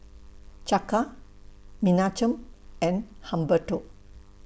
Chaka Menachem and Humberto